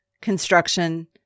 construction